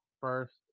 first